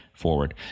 forward